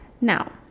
now